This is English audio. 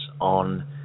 on